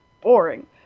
boring